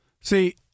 See